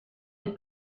des